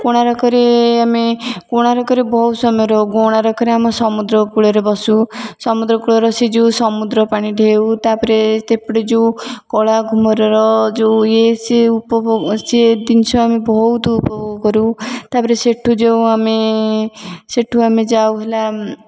କୋଣାର୍କରେ ଆମେ କୋଣାର୍କରେ ବହୁତ ସମୟ ରହୁ କୋଣାର୍କରେ ଆମେ ସମୁଦ୍ର କୂଳରେ ବସୁ ସମୁଦ୍ରକୂଳର ସେଇ ଯେଉଁ ସମୁଦ୍ର ପାଣି ଢେଉ ତା'ପରେ ଏପଟେ ଯେଉଁ କଳା ଘୁମରର ଯୋଉ ଇଏ ସିଏ ଉପଭୋଗ ସିଏ ଜିନିଷ ଆମେ ବହୁତ ଉପଭୋଗ କରୁ ତା'ପରେ ସେଠୁ ଯେଉଁ ଆମେ ସେଠୁ ଆମେ ଯାଉ ହେଲା